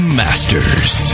masters